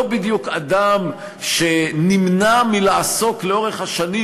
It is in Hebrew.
לא בדיוק אדם שנמנע מלעסוק לאורך השנים